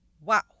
Wow